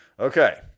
Okay